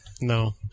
No